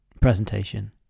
presentation